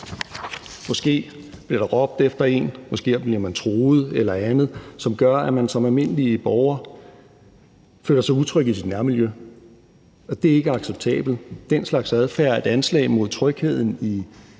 Måske bliver der råbt efter en, måske bliver man truet eller andet, som gør, at man som almindelig borger føler sig utryg i sit nærmiljø, og det er ikke acceptabelt. Den slags adfærd er et anslag mod trygheden i